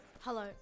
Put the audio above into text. hello